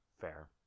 Fair